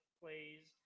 plays